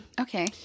okay